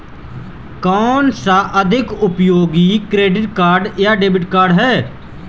कौनसा अधिक उपयोगी क्रेडिट कार्ड या डेबिट कार्ड है?